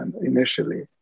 initially